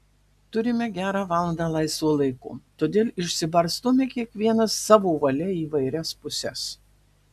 turime gerą valandą laisvo laiko todėl išsibarstome kiekvienas savo valia į įvairias puses